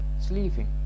sleeping